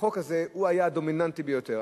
הזה היה דומיננטי ביותר.